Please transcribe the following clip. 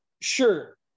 sure